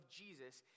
jesus